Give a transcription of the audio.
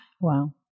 Wow